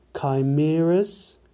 chimeras